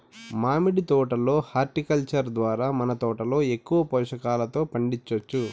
మామిడి తోట లో హార్టికల్చర్ ద్వారా మన తోటలో ఎక్కువ పోషకాలతో పండించొచ్చు